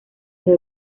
the